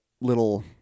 little